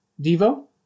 Devo